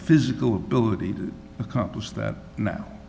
physical ability to accomplish that now